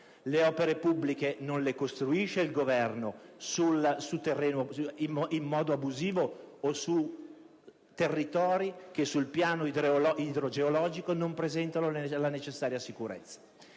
le opere pubbliche non le costruisce il Governo in modo abusivo o su terreni che sul piano idrogeologico non presentano la necessaria sicurezza.